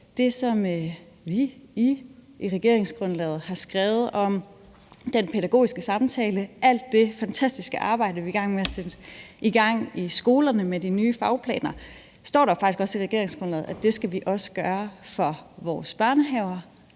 det, som I i regeringsgrundlaget har skrevet om den pædagogiske samtale. Alt det fantastiske arbejde er vi i gang med at sætte i gang i skolerne med de nye fagplaner. Der står faktisk i regeringsgrundlaget, at vi også skal gøre det for vores børnehaver